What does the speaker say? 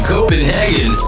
Copenhagen